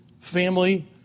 family